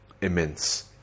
immense